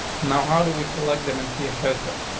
now, how do we select them and see us as though?